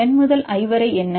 N முதல் I வரை என்ன